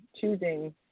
choosing